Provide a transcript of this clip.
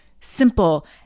simple